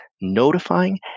notifying